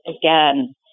again